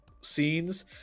scenes